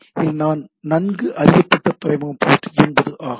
B இல் நான் நன்கு அறியப்பட்ட துறைமுகம் போர்ட் 80 ஆகும்